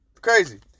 Crazy